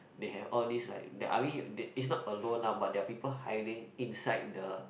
they have all these like the I mean they it's not alone lah but they have people hiding inside the